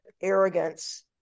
arrogance